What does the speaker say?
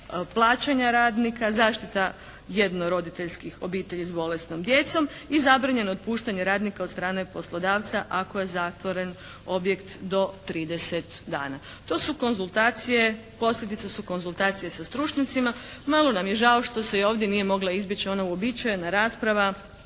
plaćanja radnika, zaštita jednoroditeljskih obitelji s bolesnom djecom i zabranjeno otpuštanje radnika od strane poslodavca ako je zatvoren objekt do 30 dana. To su konzultacije, posljedice su konzultacije sa stručnjacima. Malo nam je žao što se i ovdje nije mogla izbjeći ona uobičajena rasprava